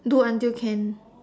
do until can